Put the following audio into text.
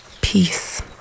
peace